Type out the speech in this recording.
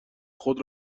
خود